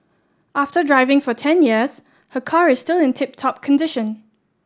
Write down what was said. after driving for ten years her car is still in tip top condition